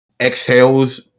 exhales